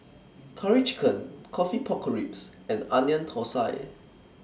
Curry Chicken Coffee Pork Ribs and Onion Thosai